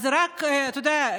אתה יודע,